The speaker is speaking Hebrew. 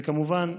וכמובן,